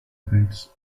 events